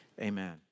Amen